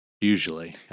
usually